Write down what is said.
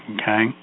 Okay